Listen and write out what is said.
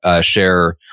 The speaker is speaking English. share